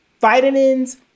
vitamins